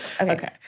Okay